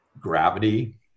gravity